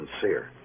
sincere